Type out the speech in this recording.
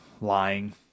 lying